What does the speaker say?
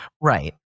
right